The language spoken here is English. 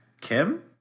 Kim